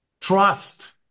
trust